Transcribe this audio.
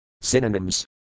Synonyms